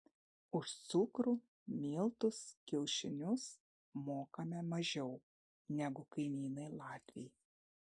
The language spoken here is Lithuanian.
už cukrų miltus kiaušinius mokame mažiau negu kaimynai latviai